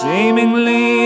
Seemingly